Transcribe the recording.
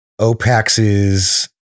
Opax's